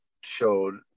showed